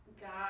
God